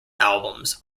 albums